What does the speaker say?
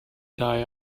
die